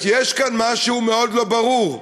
יש כאן משהו מאוד לא ברור.